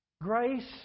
Grace